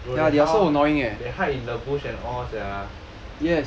bro they hide in the bush and all sia